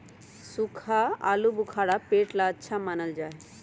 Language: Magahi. सूखा आलूबुखारा पेट ला अच्छा मानल जा हई